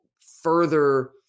further